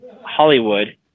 Hollywood